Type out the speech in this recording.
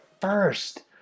first